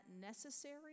necessary